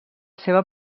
seva